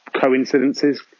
coincidences